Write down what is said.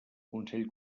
consell